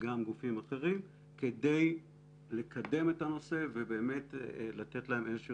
וגם גופים אחרים כדי לקדם את הנושא ובאמת לתת להם איזושהי